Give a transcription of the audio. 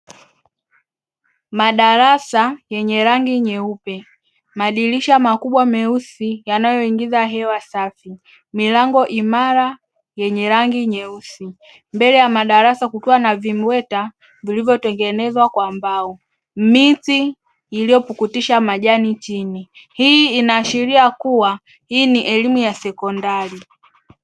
Madarasa yenye rangi nyeupe madirisha makubwa meusi yanayoingiza hewa safi, milango imara yenye rangi nyeusi mbele ya madarasa kukiwa na vimbweta vilivyotengenezwa kwa mbao, miti iliyopukutisha majani chini hii inaashiria kuwa hii ni elimu ya sekondari.